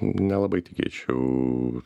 nelabai tikėčiau